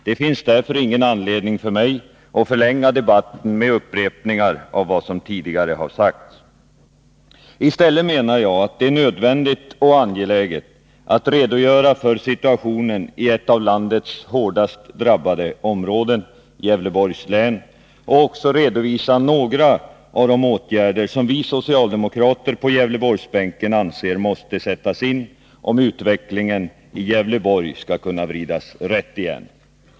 Det finns därför ingen anledning för mig att förlänga debatten med upprepningar av vad som tidigare har sagts. I stället menar jag att det är nödvändigt och angeläget att redogöra för situationen i ett av landets hårdast drabbade områden — Gävleborgs län — och också redovisa några av de åtgärder som vi socialdemokrater på Gävleborgsbänken anser måste sättas in, om utvecklingen i Gävleborg skall kunna vridas rätt igen.